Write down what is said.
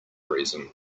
reason